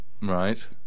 Right